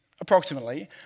approximately